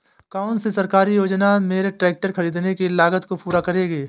कौन सी सरकारी योजना मेरे ट्रैक्टर ख़रीदने की लागत को पूरा करेगी?